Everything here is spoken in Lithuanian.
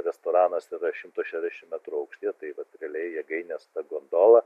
restoranas yra šimto šešiasdešimt metrų aukštyje tai vat realiai jėgainės gondola